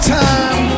time